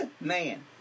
Man